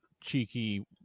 cheeky